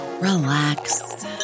relax